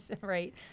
right